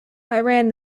iran